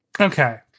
Okay